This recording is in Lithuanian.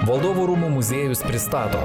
valdovų rūmų muziejus pristato